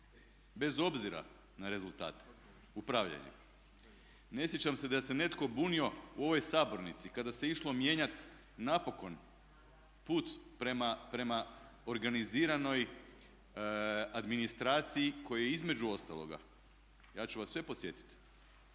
bez obzira na rezultate upravljanja. Ne sjećam se da se netko bunio u ovoj sabornici kada se išlo mijenjati napokon put prema organiziranoj administraciji kojoj između ostaloga, ja ću vas sve podsjetiti